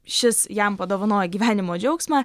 šis jam padovanojo gyvenimo džiaugsmą